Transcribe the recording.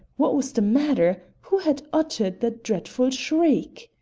what was the matter? who had uttered that dreadful shriek?